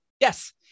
yes